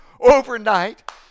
Overnight